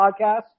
podcast